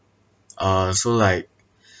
uh so like